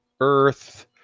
Earth